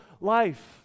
life